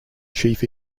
chief